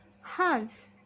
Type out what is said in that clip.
Hans